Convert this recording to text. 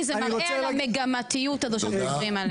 כי זה מראה על המגמתיות הזאת שמדברים עליה.